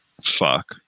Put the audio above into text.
fuck